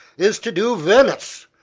is to do venice,